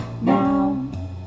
now